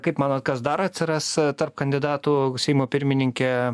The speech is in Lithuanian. kaip manot kas dar atsiras tarp kandidatų seimo pirmininkė